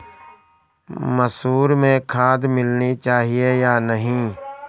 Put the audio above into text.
मसूर में खाद मिलनी चाहिए या नहीं?